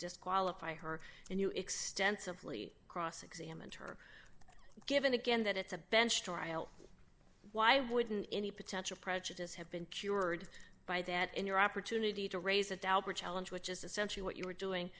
disqualify her and you extensively cross examined her given again that it's a bench trial why wouldn't any potential prejudice have been cured by that in your opportunity to raise a daubert challenge which is essentially what you were doing